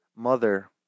Mother